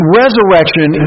resurrection